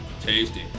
Tasty